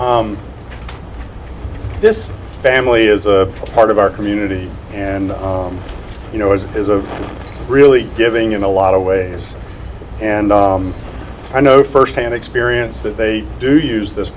me this family is a part of our community and you know it is a really giving in a lot of ways and i know firsthand experience that they do use this